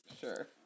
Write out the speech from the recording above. Sure